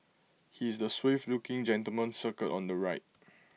he is the suave looking gentleman circled on the right